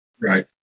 right